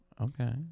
Okay